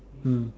mm